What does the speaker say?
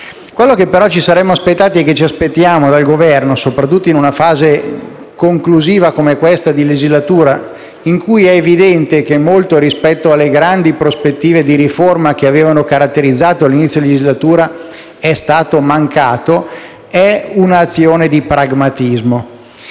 Quello che ci saremmo aspettati e che ci aspettiamo dal Governo, soprattutto in una fase conclusiva di legislatura come questa, in cui è evidente che molto, rispetto alle grandi prospettive di riforma che avevano caratterizzato l'inizio della legislatura, è mancato, è un'azione di pragmatismo.